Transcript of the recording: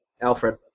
Alfred